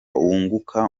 wunguka